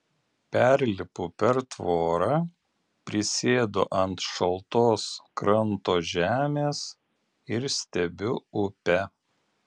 perlipu per tvorą prisėdu ant šaltos kranto žemės ir stebiu upę